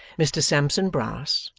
mr sampson brass,